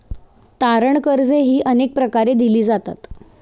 तारण कर्जेही अनेक प्रकारे दिली जातात